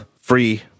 free